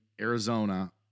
Arizona